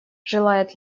желает